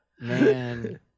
Man